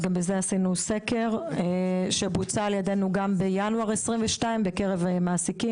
אז גם בזה עשינו סקר שבוצע על ידינו גם בינואר 2022 בקרב מעסיקים,